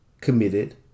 committed